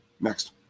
Next